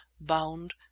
bound